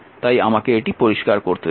তাই আমাকে এটি পরিষ্কার করতে দিন